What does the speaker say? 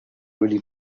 really